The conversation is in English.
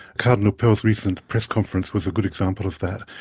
cardinal pell's recent press conference was a good example of that,